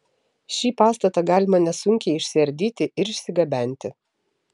šį pastatą galima nesunkiai išsiardyti ir išsigabenti